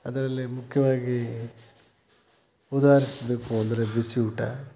ಅದರಲ್ಲಿ ಮುಖ್ಯವಾಗಿ ಸುಧಾರಿಸ್ಬೇಕು ಅಂದರೆ ಬಿಸಿ ಊಟ